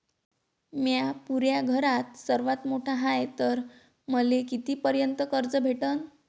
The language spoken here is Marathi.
म्या पुऱ्या घरात सर्वांत मोठा हाय तर मले किती पर्यंत कर्ज भेटन?